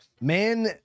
man